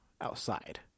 outside